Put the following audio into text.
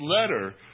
letter